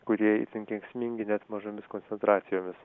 kurie itin kenksmingi net mažomis koncentracijomis